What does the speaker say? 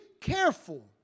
careful